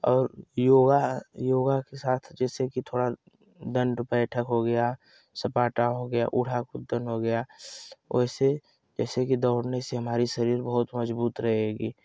और योग योग के साथ जैसे कि थोड़ा दंड बैठक हो गया सपाटा हो गया उढ़ा कुद्दन हो गया ओइसे जैसे कि दौड़ने से हमारी शरीर बहुत मजबूत रहेगी